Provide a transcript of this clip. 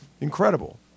incredible